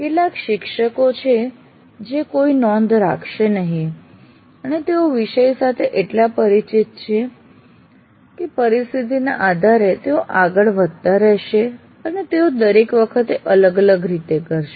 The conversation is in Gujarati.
કેટલાક શિક્ષકો છે જે કોઈ નોંધ રાખશે નહીં અને તેઓ વિષય સાથે એટલા પરિચિત છે પરિસ્થિતિને આધારે તેઓ આગળ વધતા રહેશે તેઓ દરેક વખતે અલગ રીતે કરશે